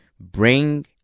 bring